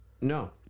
No